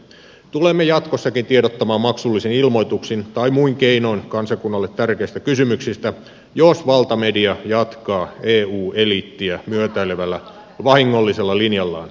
tulemme jatkossakin tiedottamaan maksullisin ilmoituksin tai muin keinoin kansakunnalle tärkeistä kysymyksistä jos valtamedia jatkaa eu eliittiä myötäilevällä vahingollisella linjallaan